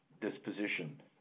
disposition